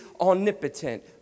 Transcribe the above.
omnipotent